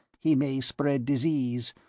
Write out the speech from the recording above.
he may spread disease,